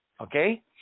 Okay